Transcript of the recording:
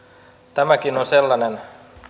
tämäkin on sellainen